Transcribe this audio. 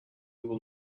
will